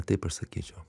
taip aš sakyčiau